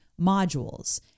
modules